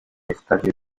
estadio